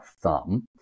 thumb